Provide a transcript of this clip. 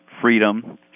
freedom